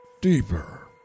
Deeper